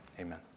amen